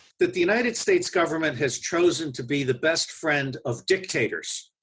that the united states government has chosen to be the best friend of dictators,